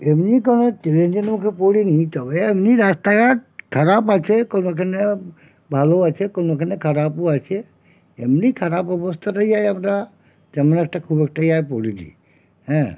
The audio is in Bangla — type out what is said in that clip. এমনি কোনো চ্যালেঞ্জের মুখে পড়ি নি তবে এমনি রাস্তাঘাট খারাপ আছে কোনোখানে ভালো আছে কোনোখানে খারাপও আছে এমনি খারাপ অবস্থাটাই এই আমরা তেমন একটা খুব একটা ইয়েই পড়ি নি হ্যাঁ